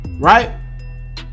right